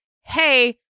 hey